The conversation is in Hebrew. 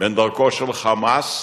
בין דרכו של "חמאס",